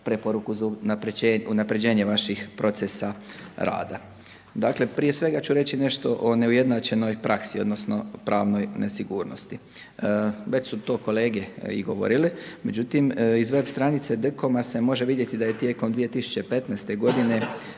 preporuku za unapređenje vaših procesa rada. Dakle, prije svega ću reći nešto o neujednačenoj praksi odnosno pravnoj nesigurnosti, već su to kolege i govorile. Međutim, iz web. stranice DKOM-a se može vidjeti da je tijekom 2015. godine